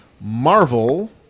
Marvel